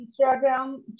Instagram